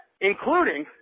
including